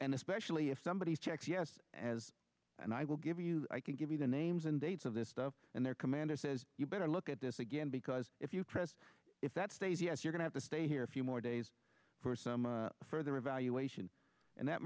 and especially if somebody checks us as and i will give you i can give you the names and dates of this stuff and their commander says you better look at this again because if you press if that stays yes you're going to stay here a few more days for some further evaluation and that